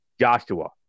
Joshua